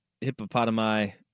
hippopotami